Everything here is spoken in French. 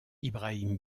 ibrahim